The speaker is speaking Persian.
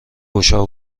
گشا